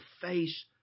face